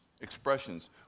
expressions